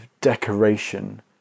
decoration